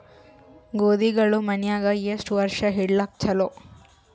ಗೋಧಿಗಳು ಮನ್ಯಾಗ ಎಷ್ಟು ವರ್ಷ ಇಡಲಾಕ ಚಲೋ?